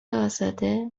ازاده